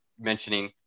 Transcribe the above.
mentioning